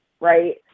right